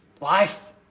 Life